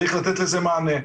צריך לתת לזה מענה.